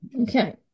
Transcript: Okay